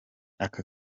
aka